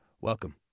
Welcome